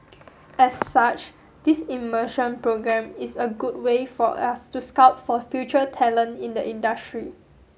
as such this immersion programme is a good way for us to scout for future talent in the industry